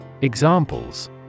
Examples